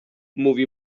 mówi